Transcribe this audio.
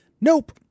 Nope